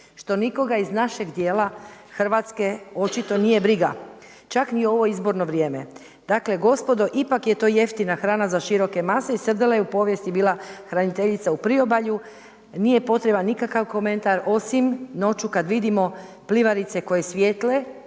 što nikoga iz našeg dijela Hrvatske očito nije briga čak ni u ovo izborno vrijeme. Dakle, gospodo ipak je to jeftina hrana za široke mase i srdela je u povijesti bila hraniteljica u priobalju. Nije potreban nikakav komentar osim noću kad vidimo plivarice koje svijetle